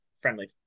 friendly